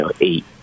eight